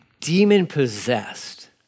demon-possessed